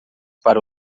para